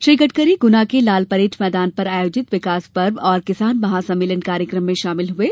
श्री गडकरी गुना के लालपरेड मैदान पर आयोजित विकास पर्व एवं किसान महा सम्मेलन कार्यक्रम में शामिल हुये